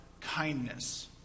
kindness